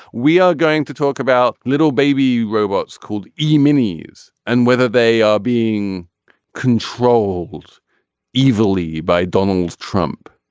we are going to talk about little baby robots called e minis and whether they are being controlled evenly by donald trump.